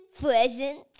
Presents